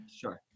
sure